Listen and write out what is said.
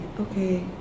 okay